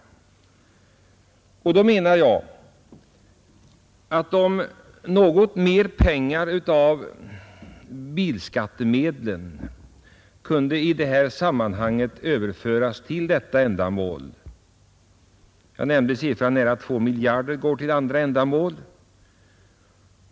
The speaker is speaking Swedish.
Jag skulle önska att mer pengar av bilskattemedlen kunde överföras till detta ändamål. Jag nämnde att nära 2 miljarder kronor går till andra ändamål.